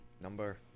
Number